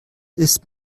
ist